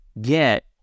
get